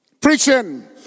Preaching